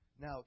Now